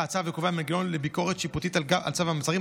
הצו וקובע מנגנון לביקורת שיפוטית על צו המעצר.